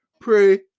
pray